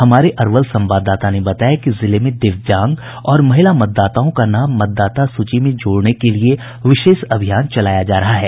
हमारे अरवल संवाददाता ने बताया कि जिले में दिव्यांग और महिला मदाताओं का नाम मतदाता सूची में जोड़ने के लिए विशेष अभियान चलाया जा रहा है